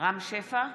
רם שפע,